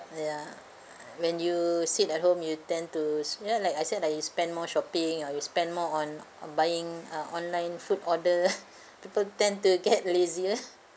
ya when you sit at home you tend to like I said like you spend more shopping or you spend more on on buying uh online food order people tend to get lazier